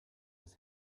his